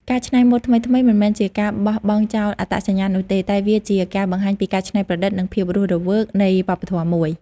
ការច្នៃម៉ូដថ្មីៗ មិនមែនជាការបោះបង់ចោលអត្តសញ្ញាណនោះទេ តែវាជាការបង្ហាញពីការច្នៃប្រឌិតនិងភាពរស់រវើកនៃវប្បធម៌មួយ។